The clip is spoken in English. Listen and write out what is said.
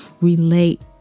relate